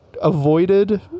avoided